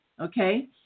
okay